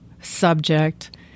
subject